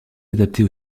adaptés